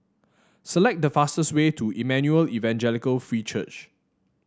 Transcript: select the fastest way to Emmanuel Evangelical Free Church